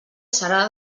serà